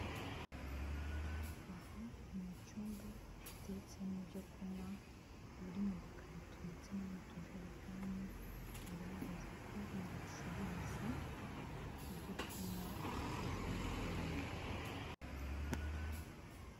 Aha ni mu cyumba giteretsemo ibyo kunywa biri mu dukarito ndetse no mu tujerekani, bigaragaza ko mbacuruza ibyokunywa bivuye ku nka.